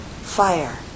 fire